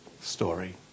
story